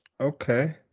Okay